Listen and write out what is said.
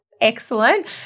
Excellent